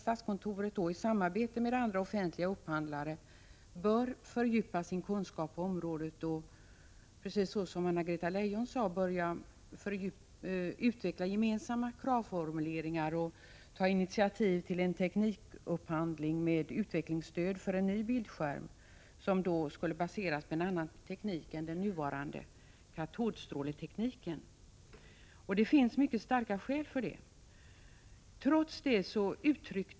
Statskontoret och andra offentliga upphandlare bör fördjupa sina kunskaper på detta område. Precis som Anna-Greta Leijon sade bör man också utveckla gemensamma kravformuleringar och ta initiativ till teknikupphandling — och det skall ske med utvecklingsstöd. Det gäller då en ny bildskärm som skulle baseras på en annan teknik än den nuvarande, nämligen på katodstråletekniken. Mycket starka skäl talar för en övergång till nämnda teknik.